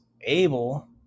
able